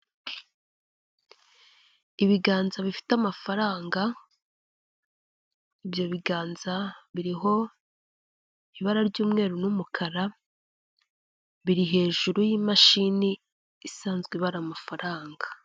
Ibiganza bifite amafaranga ibyo biganza biriho ibara ry'umweru n'umukara, biri hejuru y'imashini isanzwe ibara amafaranga.